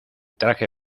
traje